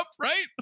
right